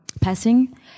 passing